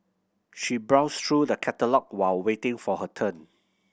she browsed through the catalogue while waiting for her turn